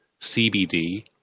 CBD